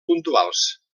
puntuals